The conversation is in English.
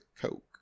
Coke